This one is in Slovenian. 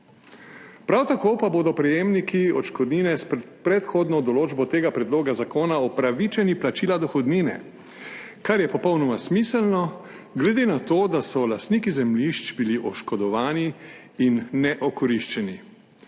Prav tako pa bodo prejemniki odškodnine s predhodno določbo tega predloga zakona opravičeni plačila dohodnine, kar je popolnoma smiselno, glede na to, da so bili lastniki zemljišč oškodovani in neokoriščeni.